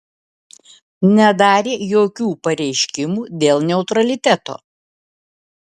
nedarė jokių pareiškimų dėl neutraliteto